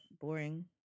Boring